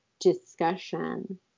discussion